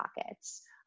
pockets